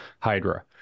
hydra